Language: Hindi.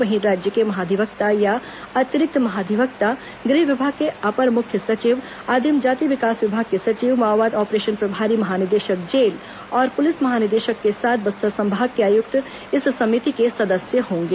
वहीं राज्य के महाधिवक्ता या अतिरिक्त महाधिवक्ता गृह विभाग के अपर मुख्य सचिव आदिम जाति विकास विभाग के सचिव माओवाद ऑपरेशन प्रभारी महानिदेशक जेल और पुलिस महानिदेशक के साथ बस्तर संभाग के आयुक्त इस समिति के सदस्य होंगे